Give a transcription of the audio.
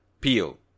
Peel